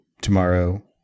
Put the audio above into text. tomorrow